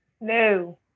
No